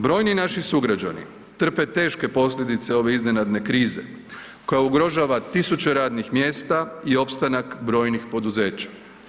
Brojni naši sugrađani trpe teške posljedice ove iznenadne krize koja ugrožava tisuće radnih mjesta i opstanak brojnih poduzeća.